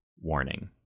warning